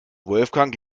wolfgang